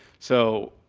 so,